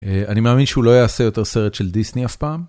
אני מאמין שהוא לא יעשה יותר סרט של דיסני אף פעם.